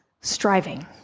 striving